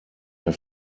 mir